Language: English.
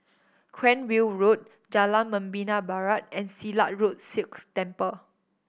Cranwell Road Jalan Membina Barat and Silat Road Sikh Temple